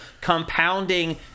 compounding